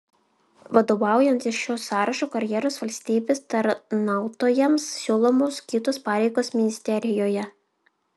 vadovaujantis šiuo sąrašu karjeros valstybės tarnautojams siūlomos kitos pareigos ministerijoje